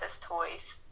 toys